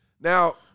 Now